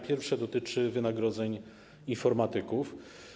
Pierwsze dotyczy wynagrodzeń informatyków.